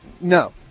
No